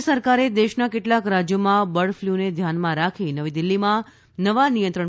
કેન્દ્ર સરકારે દેશના કેટલાક રાજ્યોમાં બર્ડફ્લૂને ધ્યાનમાં રાખી નવી દિલ્ફીમાં નવા નિયંત્રણ